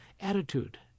attitude